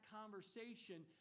conversation